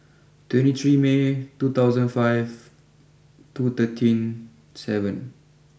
twenty three May two thousand five two thirteen seven